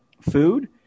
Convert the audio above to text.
food